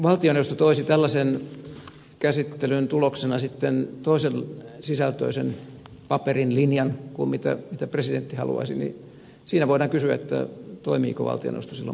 jos valtioneuvosto toisi tällaisen käsittelyn tuloksena sitten toisensisältöisen paperin linjan kuin mitä presidentti haluaisi niin siinä voidaan kysyä toimiiko valtioneuvosto silloin perustuslain mukaisesti